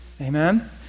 Amen